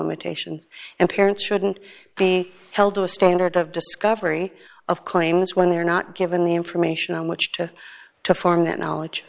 imitation and parents shouldn't be held to a standard of discovery of claims when they are not given the information on which to to form that knowledge